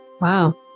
Wow